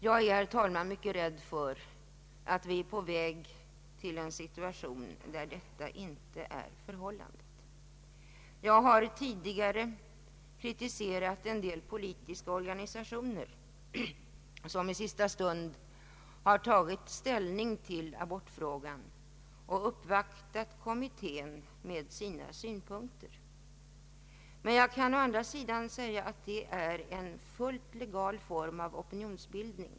Jag är, herr talman, mycket rädd för att vi är på väg in i en situation där inte samma enighet kommer att råda. Jag har tidigare kritiserat en del politiska organisationer som i sista stund har tagit ställning i abortfrågan och uppvaktat kommittén med sina synpunkter. Men det är en fullt legal form av opinionsbildning.